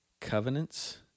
covenants